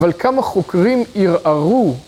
אבל כמה חוקרים ערערו.